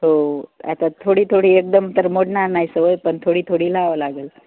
हो आता थोडी थोडी एकदम तर मोडणार नाई सवय पन थोडी थोडी लावावं लागेल